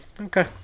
okay